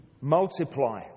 Multiply